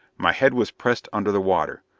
my head was pressed under the water.